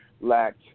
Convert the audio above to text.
lacked